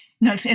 No